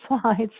slides